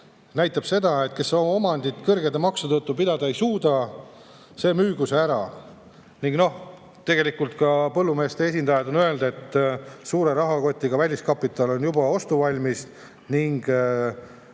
näitab seda, et kes oma omandit kõrgete maksude tõttu pidada ei suuda, see müügu see ära. Noh, tegelikult ka põllumeeste esindajad on öelnud, et suure rahakotiga väliskapital on juba ostuvalmis,